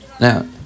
Now